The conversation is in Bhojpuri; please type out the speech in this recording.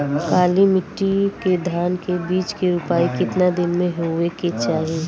काली मिट्टी के धान के बिज के रूपाई कितना दिन मे होवे के चाही?